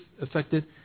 affected